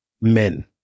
men